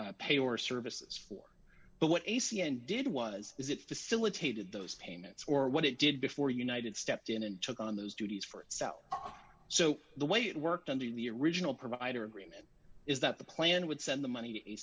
pay or services for but what a c n did was is it facilitated those payments or what it did before united stepped in and took on those duties for itself so the way it worked under the original provider agreement is that the plan would send the money